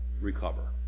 recover